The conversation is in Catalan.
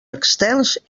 externs